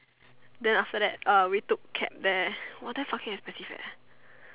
then after that uh we took cab there !wah! damn fucking expensive eh